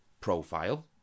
profile